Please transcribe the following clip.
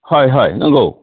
हय हय नोंगौ